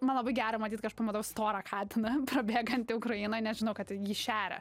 man labai gera matyt kai aš pamatau storą katiną prabėgantį ukrainoj nes žinau kad jį šeria